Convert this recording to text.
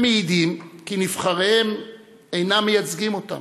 הם מעידים כי נבחריהם אינם מייצגים אותם,